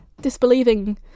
disbelieving